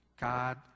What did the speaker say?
God